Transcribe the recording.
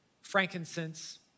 frankincense